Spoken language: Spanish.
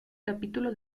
capítulo